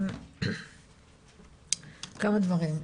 כמה דברים,